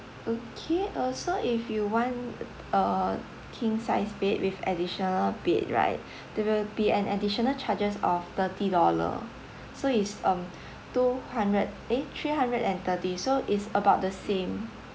okay also if you want a king sized bed with additional bed right there will be an additional charges of thirty dollar so it's um two hundred eh three hundred and thirty so it's about the same